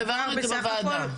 העברנו את זה בוועדה.